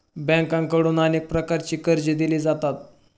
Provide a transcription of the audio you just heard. बँकांकडून अनेक प्रकारची कर्जे दिली जातात